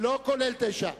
לא כולל סעיף 9,